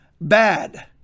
bad